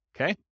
Okay